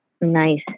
Nice